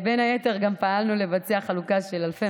בין היתר גם פעלנו לבצע חלוקה של אלפי